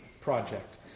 project